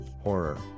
horror